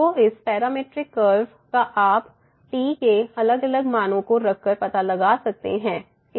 तो इस parametric curve का आप t के अलग अलग मानों को रखकर पता लगा सकते हैं